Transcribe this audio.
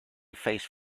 faced